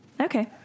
okay